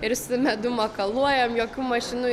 ir su medum makaluojam jokių mašinų